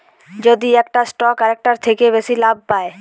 যদি একটা স্টক আরেকটার থেকে বেশি লাভ পায়